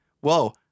whoa